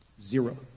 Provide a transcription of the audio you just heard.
Zero